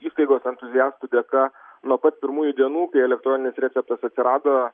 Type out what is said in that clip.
įstaigos entuziastų dėka nuo pat pirmųjų dienų kai elektroninis receptas atsirado